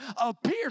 appear